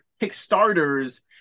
kickstarters